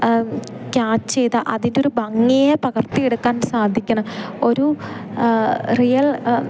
catch ചെയ്ത് അതിൻ്റൊരു ഭംഗിയെ പകർത്തിയെടുക്കാൻ സാധിക്കണം ഒരു റിയൽ